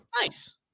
Nice